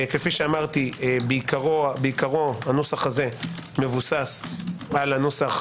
כאמור בעיקרו הנוסח הזה מבוסס על הנוסח,